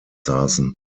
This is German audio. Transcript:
saßen